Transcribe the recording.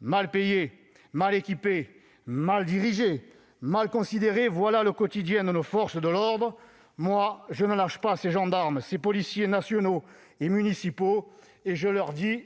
Mal payées, mal équipées, mal dirigées, mal considérées : voilà le quotidien de nos forces de l'ordre. Quant à moi, je ne lâche pas ces gendarmes et ces policiers nationaux et municipaux, mais je leur dis :